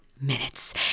minutes